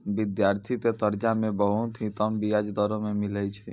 विद्यार्थी के कर्जा मे बहुत ही कम बियाज दरों मे मिलै छै